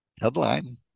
headline